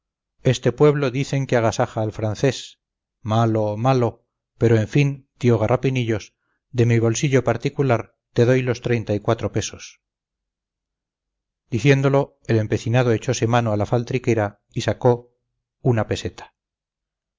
este pueblo dicen que agasaja al francés malo malo pero en fin tío garrapinillos de mi bolsillo particular te doy los treinta y cuatro pesos diciéndolo el empecinado echose mano a la faltriquera y sacó una peseta